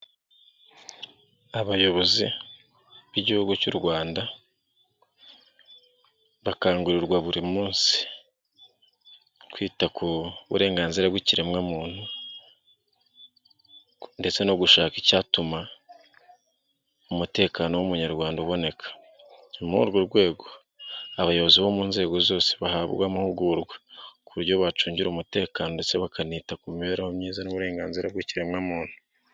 Abayobozi b'igihugu cy'u Rwanda bakangurirwa buri munsi kwita ku burenganzira bw'ikiremwamuntu ndetse no gushaka icyatuma umutekano w'Umunyarwanda uboneka. Ni muri urwo rwego abayobozi bo mu nzego zose bahabwa amahugurwa ku buryo bacungira umutekano ndetse bakanita ku mibereho myiza n'uburenganzira bw'ikiremwamuntu.